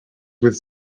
with